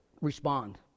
respond